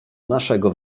naszego